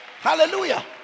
hallelujah